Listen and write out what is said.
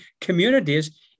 communities